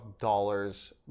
dollars